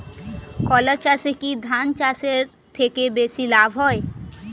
কলা চাষে কী ধান চাষের থেকে বেশী লাভ হয়?